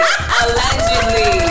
Allegedly